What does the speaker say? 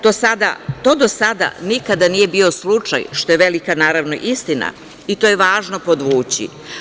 To do sada nikada nije bio slučaj, što je velika, naravno, istina i to je važno podvući.